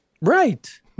right